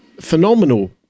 phenomenal